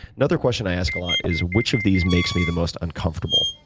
another question i ask a lot is which of these makes me the most uncomfortable?